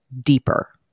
deeper